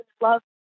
love